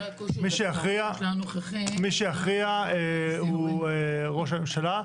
מי שיכריע הוא ראש הממשלה.